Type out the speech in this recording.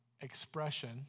expression